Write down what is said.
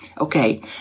Okay